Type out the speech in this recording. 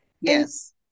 Yes